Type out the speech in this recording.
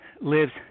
lives